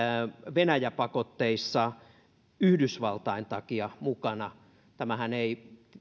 venäjä pakotteissa mukana yhdysvaltain takia tämähän ei